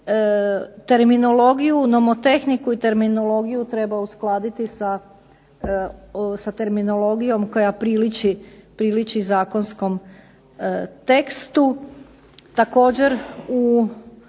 terminologiju, nomotehniku i terminologiju treba uskladiti sa terminologijom koja priliči zakonskom tekstu.